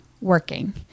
working